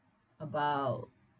about